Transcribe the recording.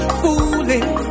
fooling